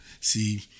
See